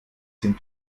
sind